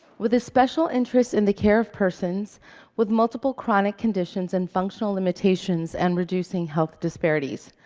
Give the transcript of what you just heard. with a special interest in the care of persons with multiple chronic conditions and functional limitations and reducing health disparities.